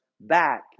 back